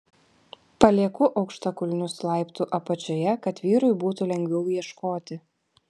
palieku aukštakulnius laiptų apačioje kad vyrui būtų lengviau ieškoti